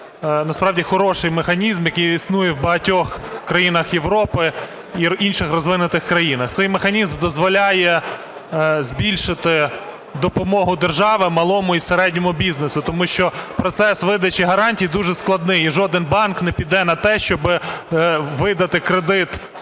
насправді хороший механізм, який існує в багатьох країнах Європи і інших розвинутих країнах. Цей механізм дозволяє збільшити допомогу держави малому і середньому бізнесу, тому що процес видачі гарантій дуже складний і жоден банк не піде на те, щоби видати кредит